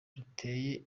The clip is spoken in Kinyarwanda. ruteye